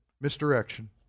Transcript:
misdirection